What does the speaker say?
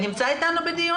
יובל פרנקל נמצא איתנו בדיון?